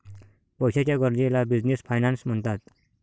पैशाच्या गरजेला business finance म्हणतात